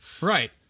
Right